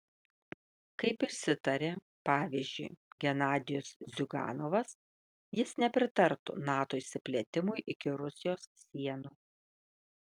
kaip išsitarė pavyzdžiui genadijus ziuganovas jis nepritartų nato išsiplėtimui iki rusijos sienų